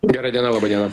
gera diena laba diena